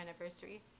anniversary